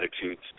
attitudes